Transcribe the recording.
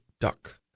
Duck